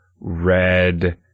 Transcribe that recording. red